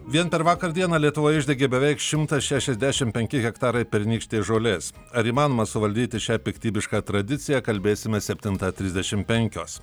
vien per vakar dieną lietuvoje išdegė beveik šimtas šešiasdešim penki hektarai pernykštės žolės ar įmanoma suvaldyti šią piktybišką tradiciją kalbėsime septintą trisdešim penkios